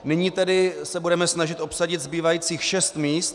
Nyní tedy se budeme snažit obsadit zbývajících 6 míst.